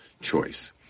choice